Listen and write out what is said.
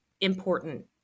important